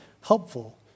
helpful